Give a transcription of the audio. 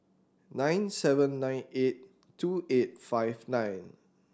nine seven nine eight two eight five nine